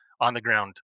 on-the-ground